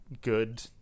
good